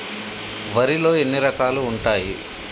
వరిలో ఎన్ని రకాలు ఉంటాయి?